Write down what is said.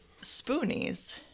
Spoonies